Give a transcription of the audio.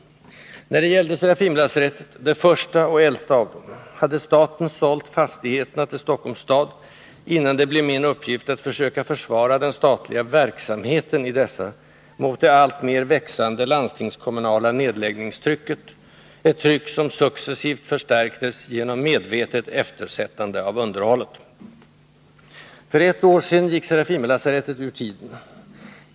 När det gällde Serafimerlasarettet, det första och äldsta av dem, hade staten sålt fastigheterna till Stockholms stad, innan det blev min uppgift att försöka försvara den statliga verksamheten i dessa mot det alltmera växande landstingskommunala nedläggningstrycket, ett tryck som successivt förstärktes genom medvetet eftersättande av underhållet. För ett år sedan gick Serafimerlasarettet ur tiden.